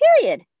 Period